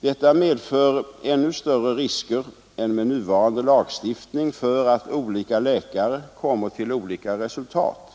Detta medför ännu större risker än med nuvarande lagstiftning för att olika läkare kommer till olika resultat.